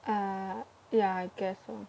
er yeah I guess so